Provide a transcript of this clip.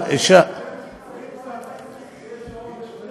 תמיד יש פעם ראשונה.